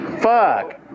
Fuck